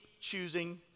choosing